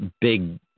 big